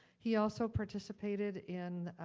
he also participated in